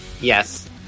Yes